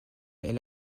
est